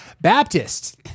Baptists